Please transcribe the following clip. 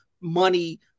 money